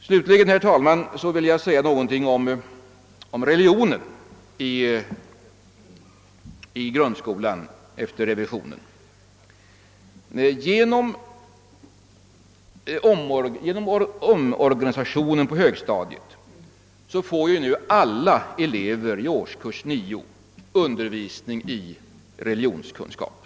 Slutligen, herr talman, vill jag säga någonting om religionskunskapens ställning i grundskolan efter revisionen av läroplanen. Genom omorganisatioen på högstadiet får nu alla elever i årskurs 9 undervisning i religionskunskap.